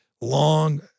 long